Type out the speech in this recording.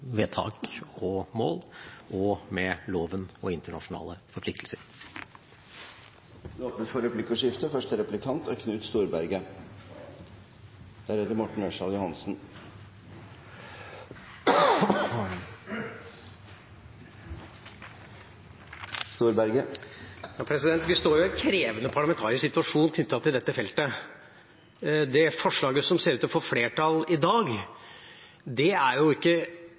vedtak og mål, loven og internasjonale forpliktelser. Det blir replikkordskifte. Vi står i en krevende parlamentarisk situasjon knyttet til dette feltet. Det forslaget som ser ut til å få flertall i dag, er